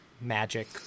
magic